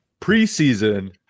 preseason